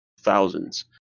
thousands